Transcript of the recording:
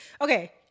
okay